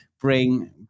bring